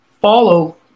follow